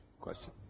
Question